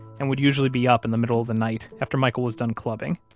and would usually be up in the middle of the night after michael was done clubbing,